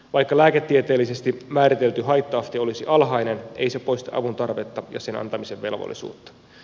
vaikka lääketieteellisesti määritelty haitta aste olisi alhainen ei se poista avuntarvetta ja sen antamisen velvollisuutta